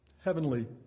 heavenly